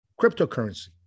cryptocurrency